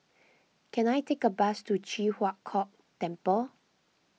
can I take a bus to Ji Huang Kok Temple